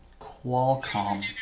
Qualcomm